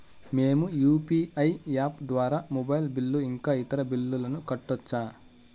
మేము UPI app ద్వారా mobile bill ఇంకా ఇతర బిల్లులను కట్టొచ్చు